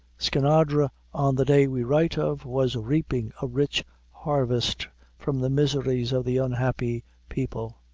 skinadre on the day we write of, was reaping a rich harvest from the miseries of the unhappy people.